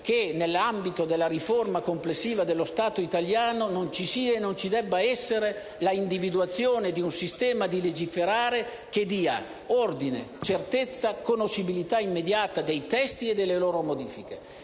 che, nell'ambito della riforma complessiva dello Stato italiano, non ci sia e non ci debba essere l'individuazione di un modo di legiferare, che dia ordine, certezza e conoscibilità immediata ai testi e alle loro modifiche.